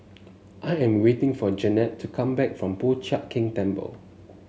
I am waiting for Jannette to come back from Po Chiak Keng Temple